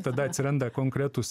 tada atsiranda konkretūs